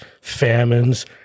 famines